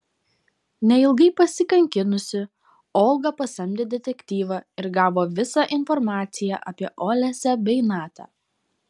neilgai pasikankinusi olga pasamdė detektyvą ir gavo visą informaciją apie olesią bei natą